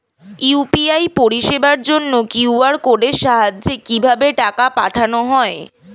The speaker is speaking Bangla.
ইউ.পি.আই পরিষেবার জন্য কিউ.আর কোডের সাহায্যে কিভাবে টাকা পাঠানো হয়?